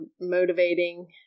motivating